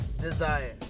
Desire